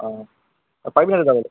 অঁ তই পাৰিবি নাই যাবলৈ